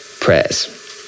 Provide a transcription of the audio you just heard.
prayers